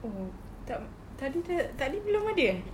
oh tak tadi sudah tadi belum ada eh